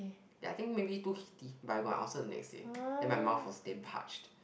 ya I think maybe too heaty but I got an ulcer the next day then my mouth was damn parched